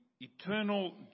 eternal